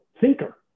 thinker